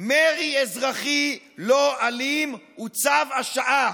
מרי אזרחי לא אלים הוא צו השעה.